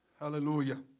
Hallelujah